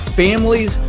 families